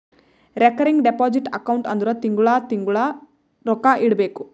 recurring deposit account ಅಂದುರ್ ತಿಂಗಳಾ ತಿಂಗಳಾ ರೊಕ್ಕಾ ಇಡಬೇಕು